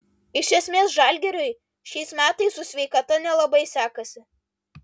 iš esmės žalgiriui šiais metais su sveikata nelabai sekasi